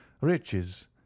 riches